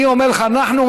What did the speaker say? אני אומר לך שאנחנו,